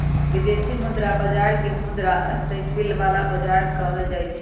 विदेशी मुद्रा बाजार के मुद्रा स्थायित्व वाला बाजार कहल जाहई